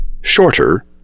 Shorter